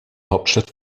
hauptstadt